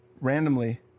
randomly